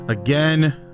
Again